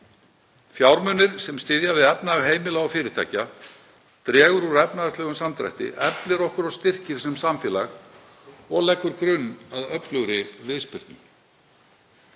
fjármunir sem styðja við efnahag heimila og fyrirtækja. Það dregur úr efnahagslegum samdrætti, eflir okkur og styrkir sem samfélag og leggur grunn að öflugri viðspyrnu.